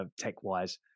tech-wise